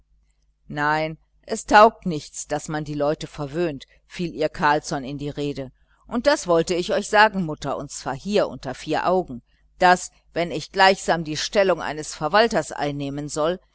nein es taugt nichts daß man die leute verwöhnt fiel ihr carlsson in die rede und das wollte ich euch sagen mutter und zwar hier unter vier augen daß wenn ich hier gleichsam die stellung eines verwalters einnehmen soll